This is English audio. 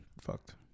fucked